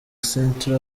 centre